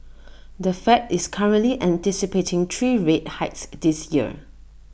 the fed is currently anticipating three rate hikes this year